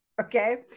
okay